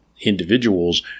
individuals